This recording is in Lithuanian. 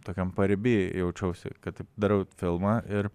tokiam pariby jaučiausi kad taip darau filmą ir